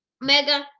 Mega